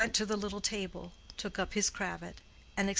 he went to the little table, took up his cravat,